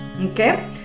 okay